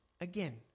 again